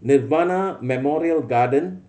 Nirvana Memorial Garden